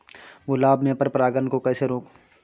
गुलाब में पर परागन को कैसे रोकुं?